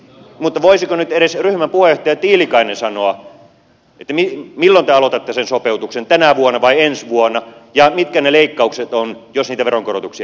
mutta voisiko nyt edes ryhmän puheenjohtaja tiilikainen sanoa milloin te aloitatte sen sopeutuksen tänä vuonna vai ensi vuonna ja mitkä ne leikkaukset ovat jos niitä veronkorotuksia ei saa tehdä